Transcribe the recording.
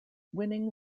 winning